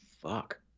fuck